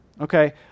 Okay